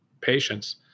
patients